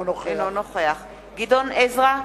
אינו נוכח גדעון עזרא,